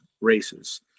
races